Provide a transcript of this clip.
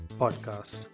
Podcast